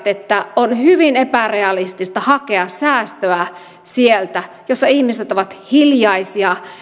että on hyvin epärealistista hakea säästöä sieltä missä ihmiset ovat hiljaisia